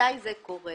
מתי זה קורה?